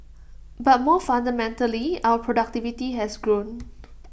but more fundamentally our productivity has grown